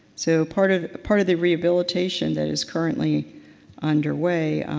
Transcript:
so part of part of the rehabilitation that is currently underway,